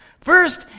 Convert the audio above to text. First